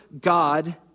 God